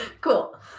cool